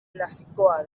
klasikoa